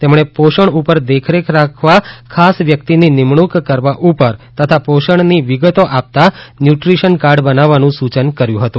તેમણે પોષણ ઉપર દેખરેખ રાખવા ખાસ વ્યક્તિની નિમણુંક કરવા ઉપર તથા પોષણની વિગતો આપતાં ન્યુટ્રીશીયન કાર્ડ બનાવવાનું સૂચન કર્યું હતું